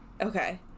Okay